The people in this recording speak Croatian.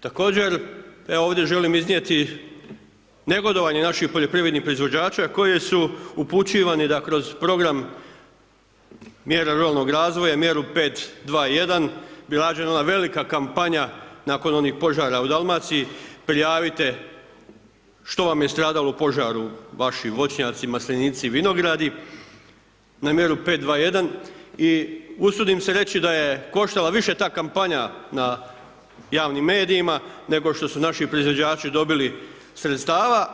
Također, evo ovdje želim iznijeti negodovanje naših poljoprivrednih proizvođača koji su upućivani da kroz program mjera ruralnog razvoja i mjeru 5.2.1. bila rađena ona velika kampanja nakon onih požara u Dalmaciji, prijavite što vam je stradalo u požaru, vašim voćnjacima, maslinici, vinogradi na mjeru 5.2.1. i usudim se reći da je koštala više ta kampanja na javnim medijima nego što su naši proizvođači dobili sredstava